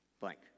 blank